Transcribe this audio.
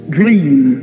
dream